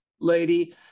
lady